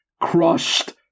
crushed